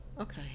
Okay